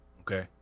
Okay